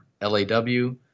L-A-W